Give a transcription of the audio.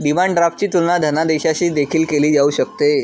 demand ड्राफ्टची तुलना धनादेशाशी देखील केली जाऊ शकते